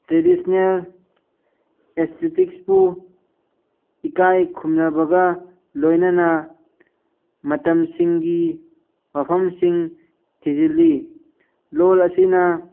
traditional ꯑꯦꯁꯊꯦꯇꯤꯛꯁꯄꯨ ꯏꯀꯥꯏ ꯈꯨꯝꯅꯕꯒ ꯂꯣꯏꯅꯅ ꯃꯇꯝꯁꯤꯡꯒꯤ ꯋꯥꯐꯝꯁꯤꯡ ꯊꯤꯖꯤꯜꯂꯤ ꯂꯣꯜ ꯑꯁꯤꯅ